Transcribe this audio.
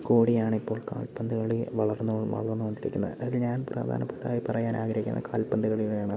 കൂടിയാണിപ്പോൾ കാൽപ്പന്തു കളി വളർന്ന് വളർന്ന് കൊണ്ടിരിക്കുകയാണ് അതില് ഞാൻ പ്രാധാനപ്പെട്ടതായി പറയനാഗ്രഹിക്കുന്നത് കാൽപ്പന്തുകളിയാണ്